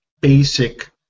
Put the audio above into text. basic